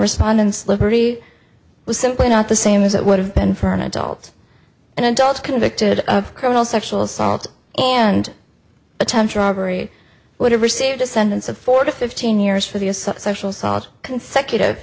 respondents liberty was simply not the same as it would have been for an adult an adult convicted of criminal sexual assault and attempted robbery would have received descendants of four to fifteen years for the a sub social sought consecutive